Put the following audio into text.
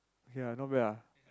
okay lah not bad lah